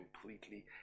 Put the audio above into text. completely